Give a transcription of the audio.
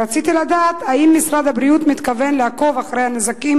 רציתי לדעת אם משרד הבריאות מתכוון לעקוב אחרי נזקים